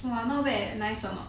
!wah! not bad leh nice or not